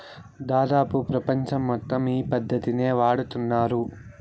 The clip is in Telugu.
దాదాపు ప్రపంచం మొత్తం ఈ పద్ధతినే వాడుతున్నారు